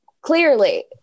clearly